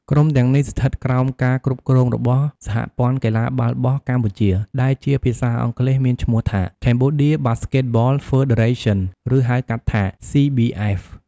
ក្រុមទាំងនេះស្ថិតក្រោមការគ្រប់គ្រងរបស់ សហព័ន្ធកីឡាបាល់បោះកម្ពុជា ដែលជាភាសាអង់គ្លេសមានឈ្មោះថា Cambodia Basketball Federation ឬហៅកាត់ថា CBF។